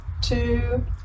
two